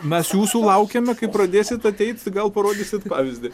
mes jūsų laukiame kai pradėsit ateit gal parodysit pavyzdį